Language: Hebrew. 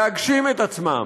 להגשים את עצמם.